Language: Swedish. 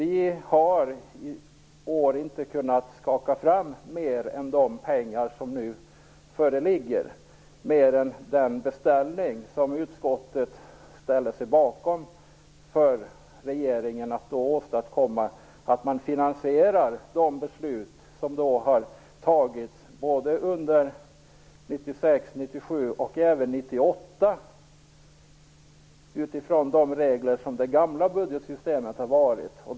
I år har vi inte kunnat skaka fram mer pengar än de som nu föreligger, utöver den beställning till regeringen som utskottet ställer sig bakom att finansiera de beslut som fattas under såväl 1996 som 1997 och även 1998, utifrån det gamla budgetsystemets regler.